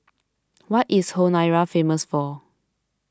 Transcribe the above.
what is Honiara famous for